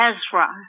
Ezra